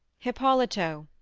hippolito,